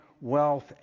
wealth